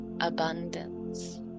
abundance